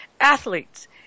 Athletes